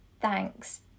thanks